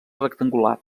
rectangular